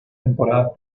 temporadas